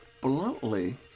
bluntly